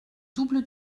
double